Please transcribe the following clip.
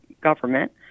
government